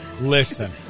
listen